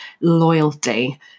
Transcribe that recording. loyalty